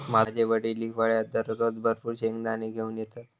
माझे वडील हिवाळ्यात दररोज भरपूर शेंगदाने घेऊन येतत